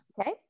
Okay